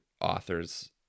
authors